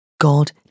God